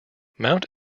mount